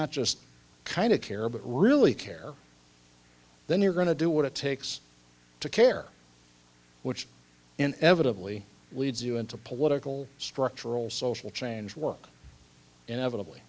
not just kind of care but really care then you're going to do what it takes to care which inevitably leads you into political structural social change work inevitably